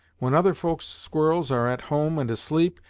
when other folk's squirrels are at home and asleep,